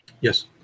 Yes